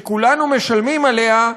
שכולנו משלמים עליה,